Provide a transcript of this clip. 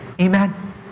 amen